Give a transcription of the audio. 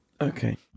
Okay